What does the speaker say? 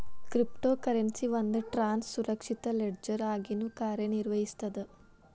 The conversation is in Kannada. ಕ್ರಿಪ್ಟೊ ಕರೆನ್ಸಿ ಒಂದ್ ಟ್ರಾನ್ಸ್ನ ಸುರಕ್ಷಿತ ಲೆಡ್ಜರ್ ಆಗಿನೂ ಕಾರ್ಯನಿರ್ವಹಿಸ್ತದ